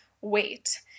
wait